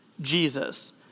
Jesus